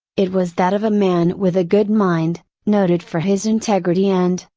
it was that of a man with a good mind, noted for his integrity and,